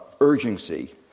urgency